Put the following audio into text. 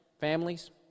families